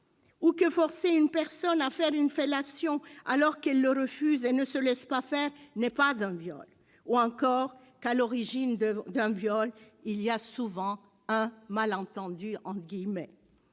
que forcer une personne à faire une fellation alors qu'elle le refuse et ne se laisse pas faire n'est pas un viol, ou encore qu'à l'origine d'un viol il y a souvent un « malentendu »,